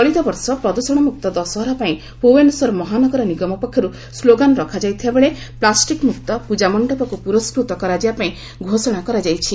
ଚଳିତ ବର୍ଷ ପ୍ରଦୃଷଣମୁକ୍ତ ଦଶହରା ପାଇଁ ଭୁବନେଶ୍ୱର ମହାନଗର ନିଗମ ପକ୍ଷରୁ ସ୍କୋଗାନ୍ ରଖାଯାଇଥିବାବେଳେ ପ୍ଲାଷ୍ଟିକ୍ମୁକ୍ତ ପୂଜାମଣ୍ଡପକୁ ପୁରସ୍କୃତ କରାଯିବାପାଇଁ ଘୋଷଣା କରାଯାଇଛି